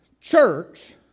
church